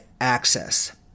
access